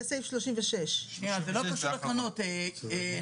זה סעיף 36. זה לא קשור לקרנות, נכון?